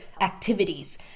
activities